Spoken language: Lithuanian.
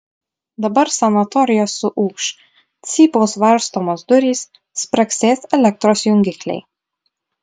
dabar sanatorija suūš cypaus varstomos durys spragsės elektros jungikliai